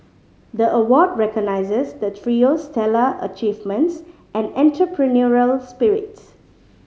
the award recognises the trio's stellar achievements and entrepreneurial spirit